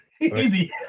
Easy